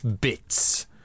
bits